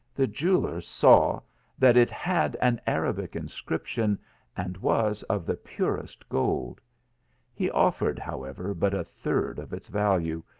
the jeweller saw that it had an arabic inscription and was of the purest gold he offered, however, but a third of its value,